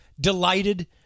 delighted